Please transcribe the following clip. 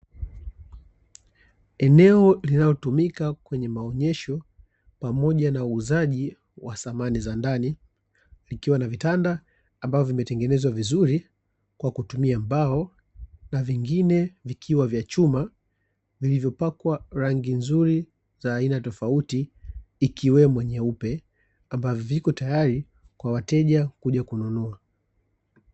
Eneo linalotumika kwenye maonyesho pamoja na uuzaji wa samani za ndani, likiwa na vitanda ambavyo vimetengenezwa vizuri, kwa kutumia mbao na vingine vikiwa vya chuma, vilivyopakwa rangi nzuri za aina tofauti, ikiwemo nyeupe ambavyo vipo tayari kwa wateja kuja kununua.